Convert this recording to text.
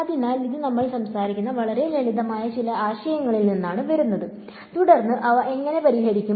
അതിനാൽ അത് നമ്മൾ സംസാരിക്കുന്ന വളരെ ലളിതമായ ചില ആശയങ്ങളിൽ നിന്നാണ് വരുന്നത് തുടർന്ന് അവ എങ്ങനെ പരിഹരിക്കും